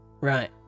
Right